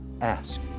ask